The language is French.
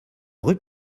rue